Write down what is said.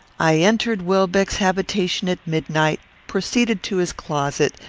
i entered welbeck's habitation at midnight, proceeded to his closet,